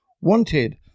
wanted